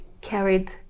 carried